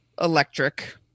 electric